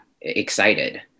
excited